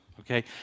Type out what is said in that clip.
okay